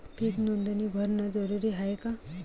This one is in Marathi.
पीक नोंदनी भरनं जरूरी हाये का?